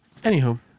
Anywho